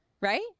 right